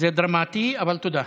זה דרמטי, אבל תודה.